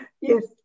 Yes